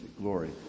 glory